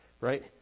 right